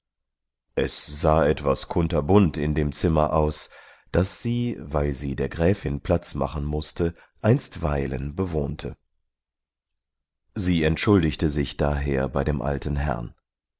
es sah etwas kunterbunt in dem zimmer aus das sie weil sie der gräfin platz machen mußte einstweilen bewohnte sie entschuldigte sich daher bei dem alten herrn